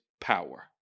power